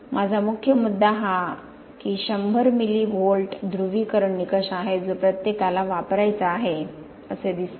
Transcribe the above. माझा मुख्य मुद्दा हा 100 मिली व्होल्ट ध्रुवीकरण निकष आहे जो प्रत्येकाला वापरायचा आहे असे दिसते